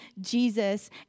Jesus